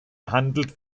handelt